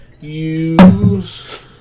use